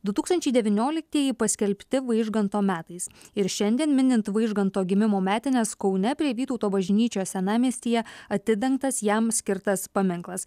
du tūkstančiai devynioliktieji paskelbti vaižganto metais ir šiandien minint vaižganto gimimo metines kaune prie vytauto bažnyčios senamiestyje atidengtas jam skirtas paminklas